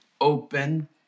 open